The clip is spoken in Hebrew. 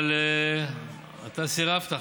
אבל אתה סירבת.